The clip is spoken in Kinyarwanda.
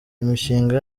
imishinga